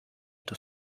das